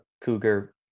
cougar